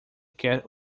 quer